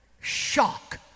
Shock